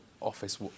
office